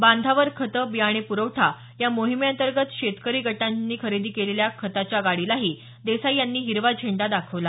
बांधावर खतं बियाणे प्रवठा या मोहिमेतंर्गत शेतकरी गटांनी खरेदी केलेल्या खताच्या गाडीलाही देसाई यांनी हिरवा झेंडा दाखवला